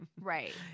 right